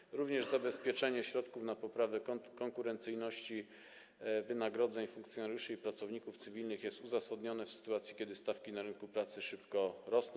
Chodzi również o zabezpieczenie środków na poprawę konkurencyjności wynagrodzeń funkcjonariuszy i pracowników cywilnych, co jest uzasadnione w sytuacji, kiedy stawki na rynku pracy szybko rosną.